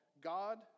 God